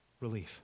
relief